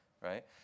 right